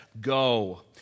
go